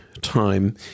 time